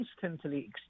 constantly